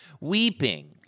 Weeping